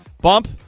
Bump